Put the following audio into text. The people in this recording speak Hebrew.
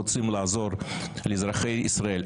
רוצים לעזור לאזרחי ישראל.